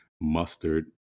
mustard